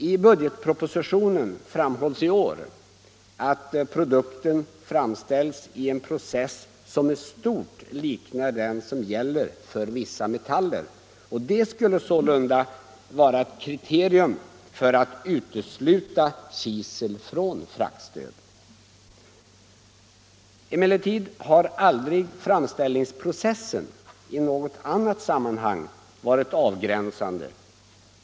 I budgetpropositionen framhålls i år att produkten framställs i en pro cess som i stort liknar framställningsprocessen för vissa metaller, och detta skulle sålunda vara ett kriterium för att utesluta kisel från fraktstöd. Emellertid har aldrig framställningsprocessen i något annat sammanhang varit avgränsande.